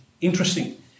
interesting